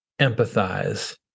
empathize